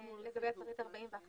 לגבי פריט 41,